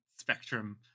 Spectrum